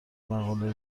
مقاله